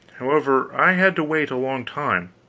however, i had to wait a long time.